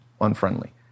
unfriendly